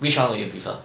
which [one] will you prefer